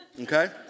okay